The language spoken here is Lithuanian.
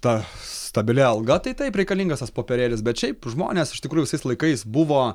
ta stabilia alga tai taip reikalingas tas popierėlis bet šiaip žmonės iš tikrųjų visais laikais buvo